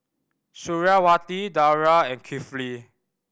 Suriawati Dara and Kifli